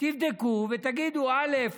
תבדקו ותגידו: א.